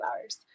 hours